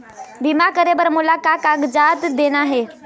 बीमा करे बर मोला का कागजात देना हे?